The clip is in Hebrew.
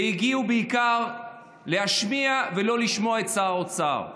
בעיקר להשמיע ולא לשמוע את שר האוצר.